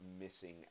missing